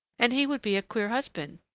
and he would be a queer husband.